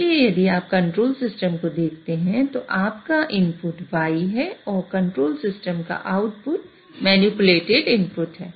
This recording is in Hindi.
इसलिए यदि आप कंट्रोल सिस्टम को देखते हैं तो आपका इनपुट y है और कंट्रोल सिस्टम का आउटपुट मैनिपुलेटेड इनपुट है